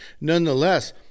nonetheless